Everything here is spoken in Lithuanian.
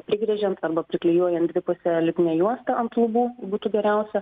prigręžiant arba priklijuojant dvipuse lipnia juosta ant lubų būtų geriausia